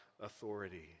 authority